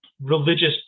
religious